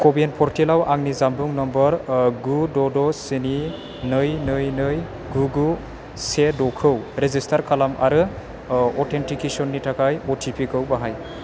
क' विन पर्टेलाव आंनि जानबुं नम्बर गु द' द' स्नि नै नै नै गु गु से द'खौ रेजिस्टार खालाम आरो अथेन्टिकेसननि थाखाय अ टि पि खौ बाहाय